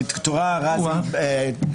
מקטורה, רז צ.,